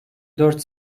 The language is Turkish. dört